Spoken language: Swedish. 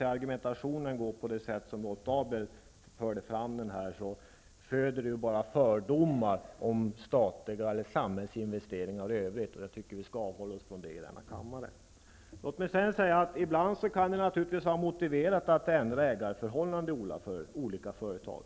argumentera på det sätt som Rolf Dahlberg här gjorde föder bara fördomar om samhällsvinvesteringar i övrigt, och jag tycker att vi skall avhålla oss från det i denna kammare. Ibland kan det naturligtvis vara motiverat att ändra ägarförhållanden i olika företag.